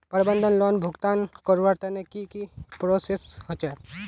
प्रबंधन लोन भुगतान करवार तने की की प्रोसेस होचे?